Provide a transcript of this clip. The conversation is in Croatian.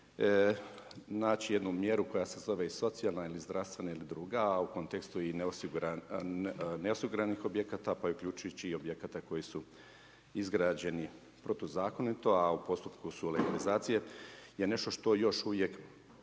naći jednu mjeru koja se zove socijalna ili zdravstvena ili druga, a u kontekstu i neosiguranih objekata pa uključujući i objekata koji su izgrađeni protuzakonito, a u postupku su legalizacije je nešto što još uvijek